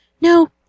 no